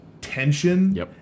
tension